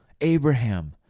Abraham